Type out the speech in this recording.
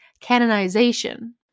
canonization